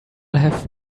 have